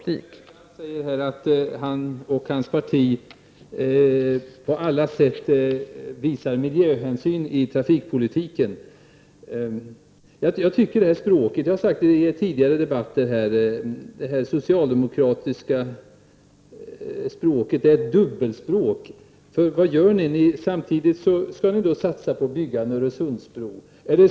Fru talman! Olle Östrand säger att han och hans parti på alla sätt visar miljöhänsyn i trafikpolitiken. Jag har i tidigare debatter sagt att jag tycker att det socialdemokratiska språket är ett dubbelspråk. Vad gör ni? Ni skall satsa på att bygga en Öresundsbro.